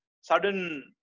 sudden